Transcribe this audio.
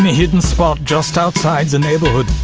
hidden spot just outside the neighborhood,